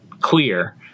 clear